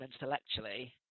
intellectually